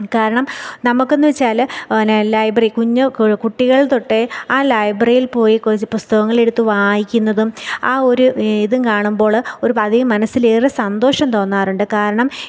കാരണം നമുക്കെന്ന് വെച്ചാൽ പിന്നെ ലൈബ്രറി കുഞ്ഞ് കുട്ടികൾ തൊട്ടേ ആ ലൈബ്രറിയിൽ പോയി കുറച്ച് പുസ്തകങ്ങളെടുത്ത് വായിക്കുന്നതും ആ ഒരു ഇതും കാണുമ്പോൾ ഒരുപാട് മനസ്സിലേറെ സന്തോഷം തോന്നാറുണ്ട് കാരണം